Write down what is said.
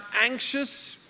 anxious